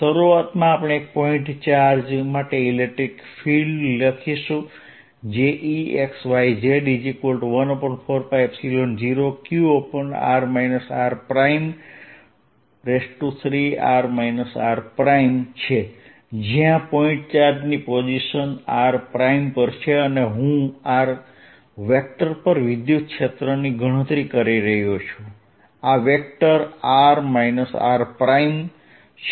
શરૂઆતમાં આપણે એક પોઇન્ટ ચાર્જ માટે ઇલેક્ટ્રિક ફીલ્ડ લખીશું જે Exyz14π0qr r3r r છે જયાં પોઇન્ટ ચાર્જની પોઝીશન r પર છે અને હું r પર વિદ્યુતક્ષેત્રની ગણતરી કરી રહ્યો છું આ વેક્ટર r r છે